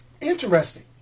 Interesting